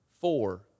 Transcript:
Four